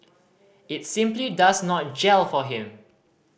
it simply does not gel for him